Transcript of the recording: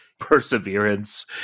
Perseverance